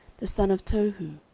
the son of tohu,